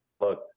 look